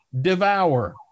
devour